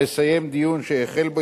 לסיים דיון שהחל בו,